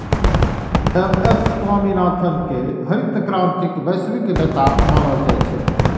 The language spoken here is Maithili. एम.एस स्वामीनाथन कें हरित क्रांतिक वैश्विक नेता मानल जाइ छै